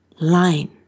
line